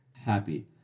Happy